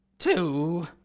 two